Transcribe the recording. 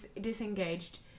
disengaged